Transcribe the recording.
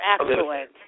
excellent